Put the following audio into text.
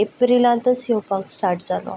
एप्रिलांतच येवपाक स्टार्ट जालो